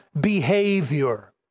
behavior